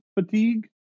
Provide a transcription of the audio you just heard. fatigue